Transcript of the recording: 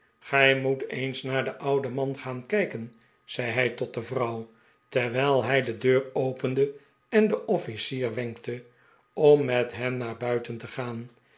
gij moet eens naar den ouden man gaan kijken zei hij tot de vrouw terwijl hij de deur opende en den off icier wenkte om met hem naar buiten te gaan